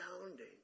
astounding